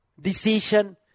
decision